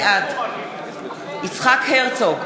בעד יצחק הרצוג,